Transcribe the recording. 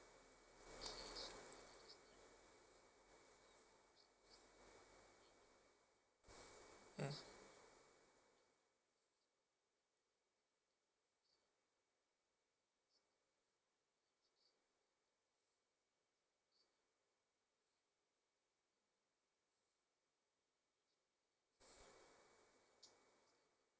mm